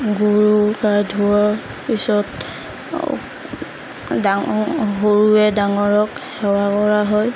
গৰু গা ধুওৱাৰ পিছত ডাঙৰ সৰুৱে ডাঙৰক সেৱা কৰা হয়